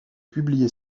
publié